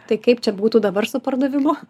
tai kaip čia būtų dabar su pardavimu